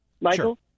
Michael